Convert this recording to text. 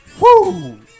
Woo